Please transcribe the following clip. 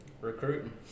recruiting